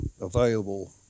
available